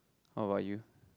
what about you